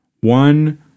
One